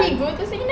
did he go to xingnan